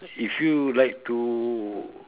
if you like to